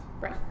Right